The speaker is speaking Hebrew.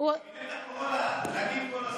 בקבינט הקורונה דנים כל הזמן,